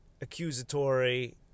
accusatory